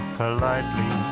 politely